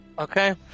Okay